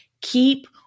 Keep